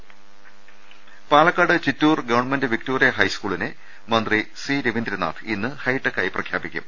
രുട്ട്ട്ട്ട്ട്ട്ട്ട Palakkad Chittur government Victoria ഹൈസ്കൂളിനെ മന്ത്രി സി രവീന്ദ്രനാഥ് ഇന്ന് ഹൈടെക്കായി പ്രഖ്യാപിക്കും